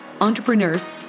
entrepreneurs